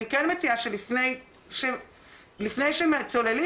אני אזכיר שזה נושא שנתקף בבג"צ ללא הצלחה.